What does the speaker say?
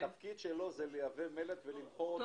התפקיד שלו זה לייבא מלט ולמכור אותו